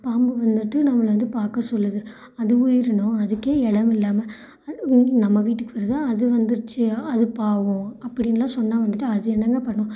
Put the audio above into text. பாம்பு வந்துவிட்டு நம்மளை வந்து பார்க்க சொல்லுது அது உயிரினம் அதுக்கே இடம் இல்லாமல் அதுவும் நம்ம வீட்டுக்கு வருது அது வந்துடுச்சு அது பாவம் அப்டின்னுலாம் சொன்னால் வந்துவிட்டு அது என்னங்க பண்ணும்